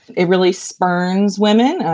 it really spurns women.